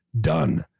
done